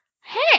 hey